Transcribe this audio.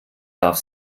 darf